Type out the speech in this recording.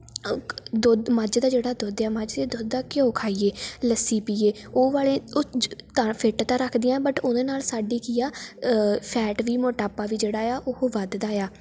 ਦੁ ਮੱਝ ਦਾ ਜਿਹੜਾ ਦੁੱਧ ਹੈ ਮੱਝ ਦੇ ਦੁੱਧ ਦਾ ਘਿਓ ਖਾਈਏ ਲੱਸੀ ਪੀਏ ਉਹ ਵਾਲੇ ਉਹ ਤਾਂ ਫਿੱਟ ਤਾਂ ਰੱਖਦੀਆਂ ਬਟ ਉਹਦੇ ਨਾਲ਼ ਸਾਡੀ ਕੀ ਆ ਫੈਟ ਵੀ ਮੋਟਾਪਾ ਵੀ ਜਿਹੜਾ ਆ ਉਹ ਵੱਧਦਾ ਆ